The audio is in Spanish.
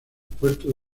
puerto